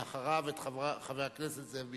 ואחריו, חבר הכנסת זאב בילסקי.